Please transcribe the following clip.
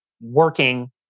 working